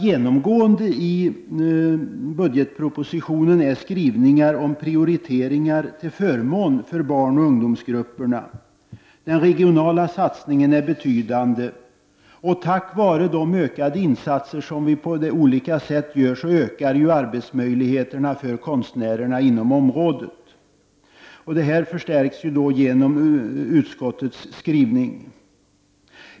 Genomgående i budgetpropositionen är skrivningar om prioriteringar till förmån för barnoch ungdomsgrupperna. Den regionala satsningen är betydande. Tack vare de ökade insatserna på olika sätt ökar arbetsmöjligheterna för konstnärerna inom området. Detta förstärks genom utskottets skrivning.